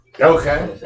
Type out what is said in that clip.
Okay